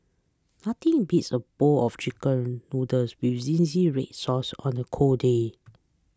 nothing beats a bowl of Chicken Noodles with Zingy Red Sauce on a cold day